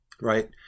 right